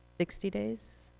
sixty days?